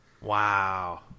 Wow